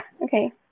Okay